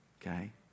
okay